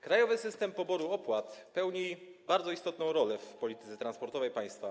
Krajowy System Poboru Opłat pełni bardzo istotną rolę w polityce transportowej państwa.